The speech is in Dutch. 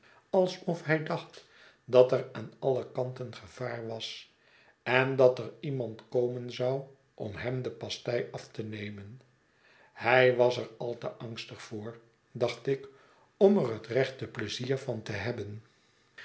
alsof hij dacht dat er aan alle kanten gevaar was en dat er iemand komen zou om hem de pastei af te nemen hij was er al te angstig voor dacht ik om er het rechte pleizier van te hebben